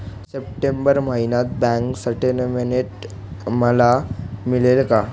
September महिन्यातील bank statement मला मिळेल का?